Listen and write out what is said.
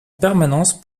permanence